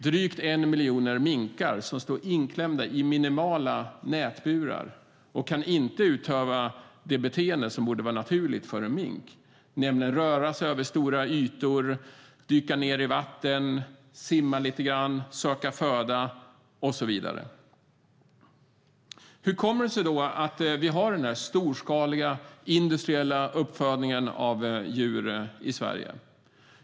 Drygt en miljon minkar står inklämda i minimala nätburar och kan inte utöva det beteende som borde vara naturligt för en mink, nämligen att röra sig över stora ytor, dyka ned i vatten, simma lite grann, söka föda och så vidare. Hur kommer det sig då att vi har den här storskaliga industriella uppfödningen av djur i Sverige?